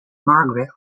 margaret